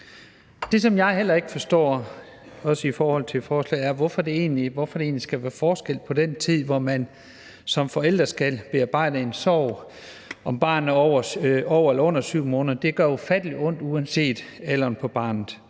Det, som jeg heller ikke forstår i forhold til forslaget, er, hvorfor der egentlig skal være forskel, altså hvorfor den tid, man som forældre får til at bearbejde en sorg, er afhængig af, om barnet er over eller under 7 måneder. Det gør ufattelig ondt uanset alderen på barnet.